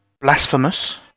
Blasphemous